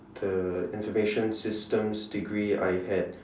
the information systems degree I had